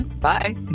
Bye